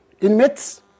inmates